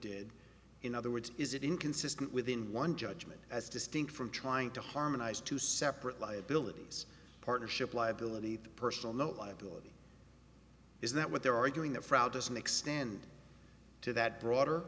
did in other words is it inconsistent within one judgment as distinct from trying to harmonize two separate liabilities partnership liability personal note liability is that what they're arguing that frau doesn't extend to that broader